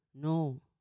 No